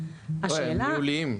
ניהוליים.